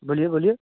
बोलिए बोलिए